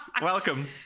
Welcome